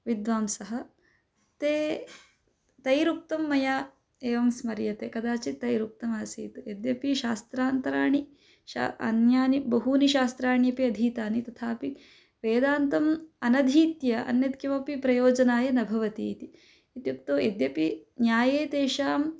विद्वांसः ते तैरुक्तं मया एवं स्मर्यते कदाचित् तैरुक्तम् आसीत् यद्यपि शास्त्रान्तराणि शा अन्यानि बहूनि शास्त्राणि अपि अधीतानि तथापि वेदान्तम् अनधीत्य अन्यत् किमपि प्रयोजनाय न भवति इति इत्युक्तौ यद्यपि न्याये तेषाम्